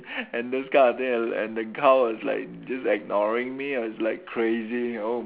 and those kind of thing and and the cow was like just ignoring me and I was like crazy oh